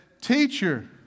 Teacher